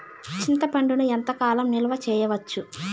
చింతపండును ఎంత కాలం నిలువ చేయవచ్చు?